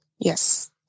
Yes